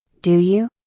do you?